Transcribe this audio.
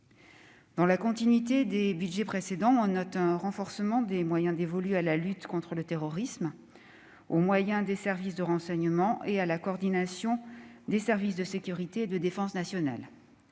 Dans la continuité des budgets précédents, on note un renforcement des moyens dévolus à la lutte contre le terrorisme, aux moyens des services de renseignement et à la coordination des services de sécurité et de défense nationale.